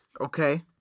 Okay